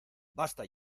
basta